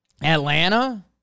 Atlanta